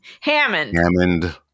Hammond